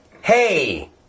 hey